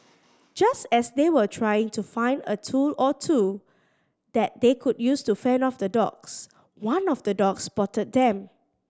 just as they were trying to find a tool or two that they could use to fend off the dogs one of the dogs spotted them